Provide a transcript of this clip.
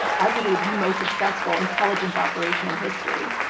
um arguably, the most successful intelligence operations in history.